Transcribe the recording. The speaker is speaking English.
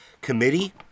committee